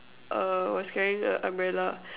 err I was carrying a umbrella